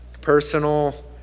personal